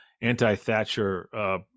anti-thatcher